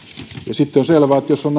sitten on selvää että jos on